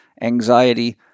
anxiety